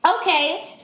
Okay